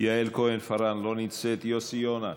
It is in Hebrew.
לא נמצא, יעל כהן-פארן, לא נמצאת, יוסי יונה,